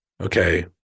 okay